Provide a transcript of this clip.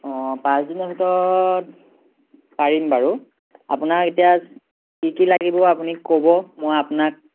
অঁ পাঁচদিনৰ ভিতৰত পাৰিম বাৰু আপোনাক এতিয়া কি কি লাগিব আপুনি ক'ব মই আপোনাক